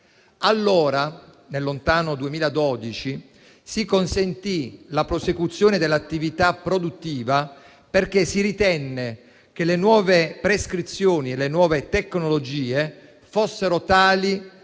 Allora, nel lontano 2012, si consentì la prosecuzione dell'attività produttiva perché si ritenne che le nuove prescrizioni e le nuove tecnologie fossero tali